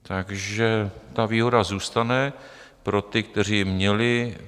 Takže ta výhoda zůstane pro ty, kteří měli.